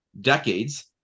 decades